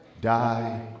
Die